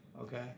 okay